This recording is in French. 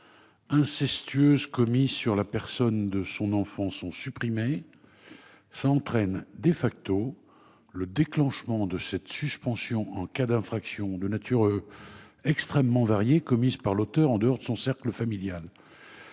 incestueuse commis sur la personne de son enfant » entraînerait le déclenchement de la suspension en cas d'infractions de natures extrêmement variées commises par l'auteur en dehors de son cercle familial.